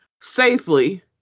Safely